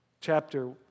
chapter